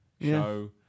show